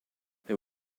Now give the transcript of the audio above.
they